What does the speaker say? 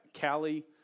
Callie